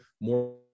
more